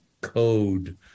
code